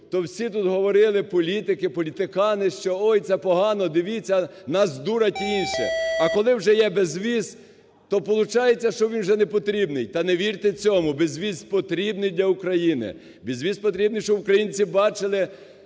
то всі тут говорили політики, політикани, що "ой, це погано, дивіться, нас дурять" і інше. А коли вже є безвіз, то получається, що він вже не потрібний. Та не вірте цьому. Безвіз потрібний для України. Безвіз потрібний, щоб українці бачили